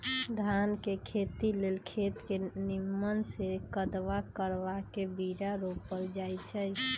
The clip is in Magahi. धान के खेती लेल खेत के निम्मन से कदबा करबा के बीरा रोपल जाई छइ